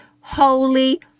holy